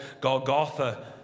Golgotha